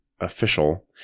official